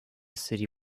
city